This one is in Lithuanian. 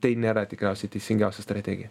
tai nėra tikriausiai teisingiausia strategija